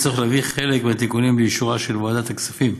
צורך להביא חלק מהתיקונים לאישורה של ועדת הכספים.